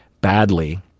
badly